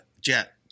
Jet